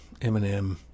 Eminem